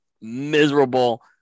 miserable –